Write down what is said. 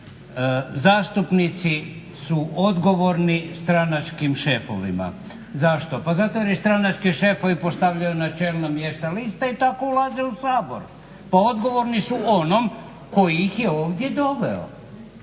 Zastupnici su odgovorni stranačkim šefovima. Zašto? Pa zato jer ih stranački šefovi postavljaju na čelna mjesta, liste i tako ulaze u Sabor pa odgovorni su onom koji ih je ovdje doveo.